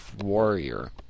warrior